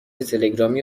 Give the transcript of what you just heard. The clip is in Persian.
تلگرامی